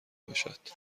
باشد